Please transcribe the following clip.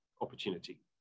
opportunity